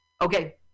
Okay